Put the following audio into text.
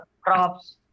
crops